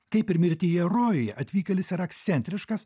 kaip ir mirtyje rojuje atvykėlis yra ekscentriškas